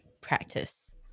practice